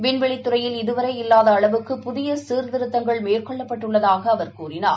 வின்வெளித் துறையில் இதுவரை இல்லாதஅளவுக்கு புதியசீர்திருத்தங்கள் மேற்கொள்ளப்பட்டுள்ளதாகஅவர் கூறினார்